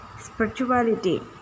spirituality